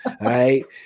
right